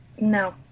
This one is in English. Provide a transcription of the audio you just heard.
no